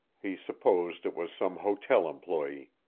he supposed it was some hotel employee.